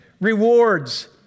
rewards